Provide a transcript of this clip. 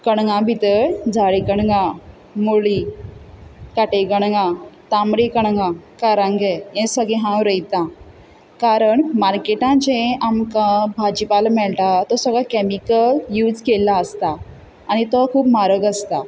कणगां भितर जाळी कणगां मुळी काटेकणगां तांबडी कणगां कारांगे हें सगळें हांव रोयतां कारण मार्केटांत जें आमकां भाजीपालो मेळटा तो सगळो कॅमिकल यूज केल्लो आसता आनी तो खूब म्हारग आसता